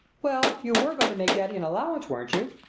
well, you were going to make daddy an allowance, weren't you?